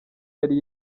yari